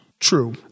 True